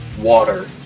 water